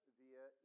via